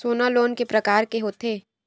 सोना लोन के प्रकार के होथे?